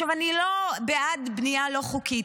אני לא בעד בנייה לא חוקית,